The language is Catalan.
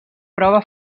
prova